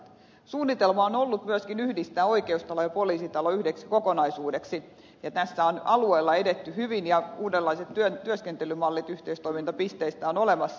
suunnitelma on ollut myöskin yhdistää oikeustalo ja poliisitalo yhdeksi kokonaisuudeksi ja tässä on alueella edetty hyvin ja uudenlaiset työskentelymallit yhteistoimintapisteistä ovat olemassa